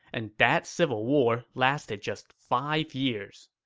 and that civil war lasted just five years.